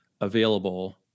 available